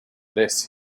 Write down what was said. this